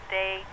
day